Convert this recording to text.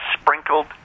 sprinkled